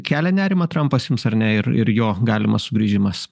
kelia nerimą trampas jums ar ne ir ir jo galimas sugrįžimas